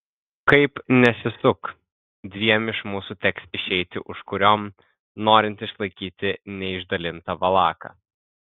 kaip nesisuk dviem iš mūsų teks išeiti užkuriom norint išlaikyti neišdalintą valaką